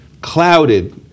clouded